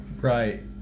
Right